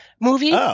movie